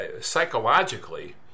Psychologically